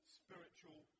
spiritual